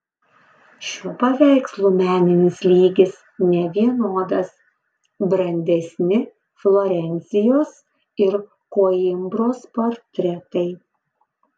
šių paveikslų meninis lygis nevienodas brandesni florencijos ir koimbros portretai